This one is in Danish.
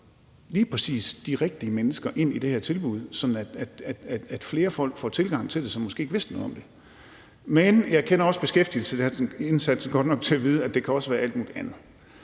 lige præcis de rigtige mennesker ind i det her tilbud, sådan at flere folk får adgang til det, som måske ikke vidste noget om det. Men jeg kender også beskæftigelsesindsatsen godt nok til at vide, at det også kan være alt muligt andet.